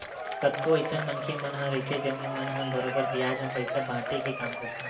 कतको अइसन मनखे मन ह रहिथे जउन मन ह बरोबर बियाज म पइसा बाटे के काम करथे